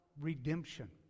redemption